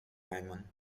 hyman